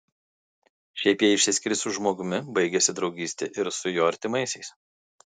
šiaip jei išsiskiri su žmogumi baigiasi draugystė ir su jo artimaisiais